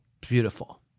Beautiful